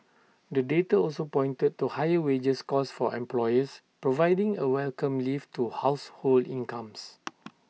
the data also pointed to higher wages costs for employers providing A welcome lift to household incomes